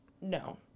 No